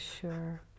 sure